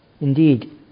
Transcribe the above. Indeed